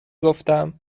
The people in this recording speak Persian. گفتم